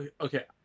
Okay